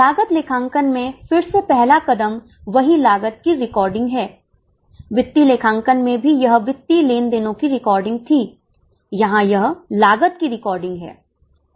लागत लेखांकन में फिर से पहला कदम वही लागत की रिकॉर्डिंग है वित्तीय लेखांकन में भी यह वित्तीय लेन देनो की रिकॉर्डिंग थी यहां यह लागत की रिकॉर्डिंग है